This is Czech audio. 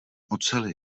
oceli